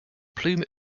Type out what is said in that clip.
plume